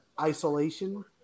isolation